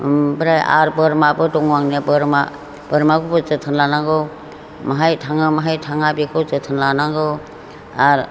ओमफ्राय आरो बोरमाबो दं आंने बोरमा बोरमाखौबो जोथोन लानांगौ माहाय थाङो माहाय थाङा बेखौ जोथोन लानांगौ आरो